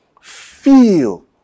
feel